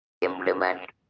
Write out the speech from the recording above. implement